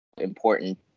important